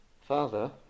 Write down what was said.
father